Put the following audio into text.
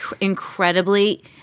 incredibly –